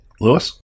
Lewis